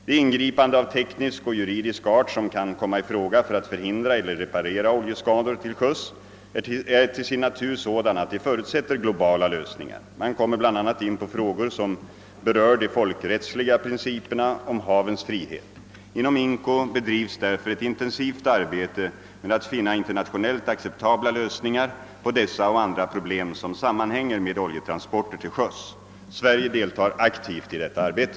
De ingripanden av teknisk och juridisk art som kan komma i fråga för att förhindra eller reparera oljeskador till sjöss är till sin natur sådana att de förutsätter globala lösningar. Man kommer bl.a. in på frågor som berör de folkrättsliga principerna om havens frihet. Inom IMCO bedrivs därför ett intensivt arbete med att finna internationellt acceptabla lösningar på dessa och andra problem som sammanhänger med oljetransporter till sjöss. Sverige deltar aktivt i detta arbete.